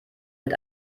mit